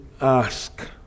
ask